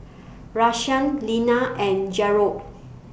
Rashaan Lena and Gerold